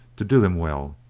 to do him well.